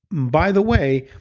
by the way,